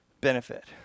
benefit